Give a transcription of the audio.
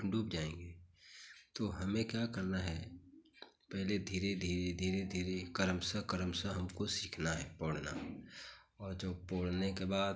डूब जाएँगे तो हमें क्या करना है पहले धीरे धीरे धीरे धीरे करमसा करमसा हमको सीखना है पौढ़ना और जो पोढ़ने के बाद